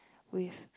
with